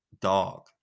dog